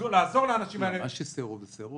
לעזור לאנשים האלה -- בסדר,